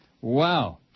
Wow